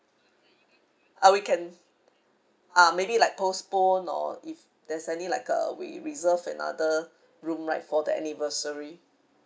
ah we can uh maybe like postpone or if there's any like uh we reserve another room right for the anniversary